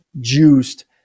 juiced